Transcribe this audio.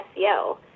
SEO